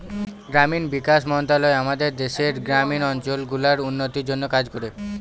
গ্রামীণ বিকাশ মন্ত্রণালয় আমাদের দেশের গ্রামীণ অঞ্চল গুলার উন্নতির জন্যে কাজ করে